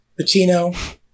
Pacino